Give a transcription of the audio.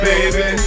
Baby